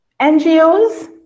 NGOs